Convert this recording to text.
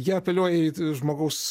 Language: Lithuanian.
jie apeliuoja į į žmogaus